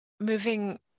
moving